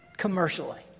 commercially